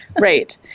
Right